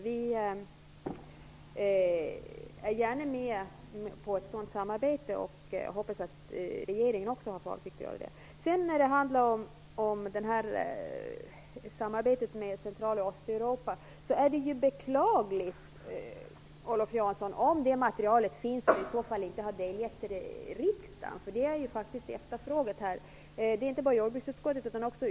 Vi är gärna med på ett sådant samarbete och hoppas att regeringen också har för avsikt att vara det. När det handlar om samarbetet med Central och Östeuropa är det beklagligt, Olof Johansson, om det berörda materialet finns och inte har delgetts riksdagen. Det är faktiskt efterfrågat här, inte bara jordbruksutskottet.